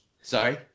Sorry